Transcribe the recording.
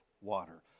water